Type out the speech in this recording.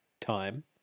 time